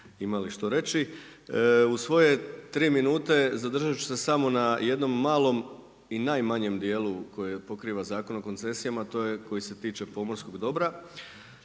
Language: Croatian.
imali što reći. U svoje tri minute zadržat ću se samo na jednom malom i najmanjem dijelu koji pokriva Zakon o koncesijama, to je koji se tiče pomorskog dobra.